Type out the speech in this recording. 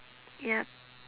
yup